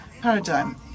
paradigm